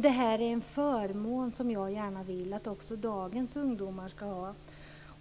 Det är en förmån som jag gärna vill att också dagens ungdomar ska ha.